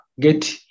get